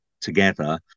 together